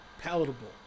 Palatable